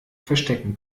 verstecken